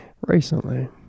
recently